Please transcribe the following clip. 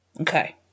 Okay